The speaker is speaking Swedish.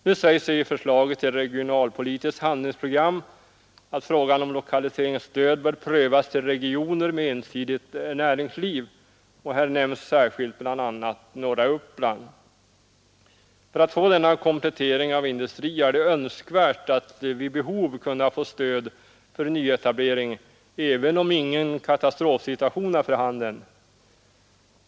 Nu sägs i förslaget till regionalpolitiskt handlingsprogram att frågan om lokaliseringsstöd till regioner med ensidigt näringsliv bör prövas, och här nämns särskilt bl.a. norra Uppland. För att få denna komplettering av industrin är det önskvärt att vid behov kunna få stöd för nyetablering, även om ingen katastrofsituation är för handen.